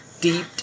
deep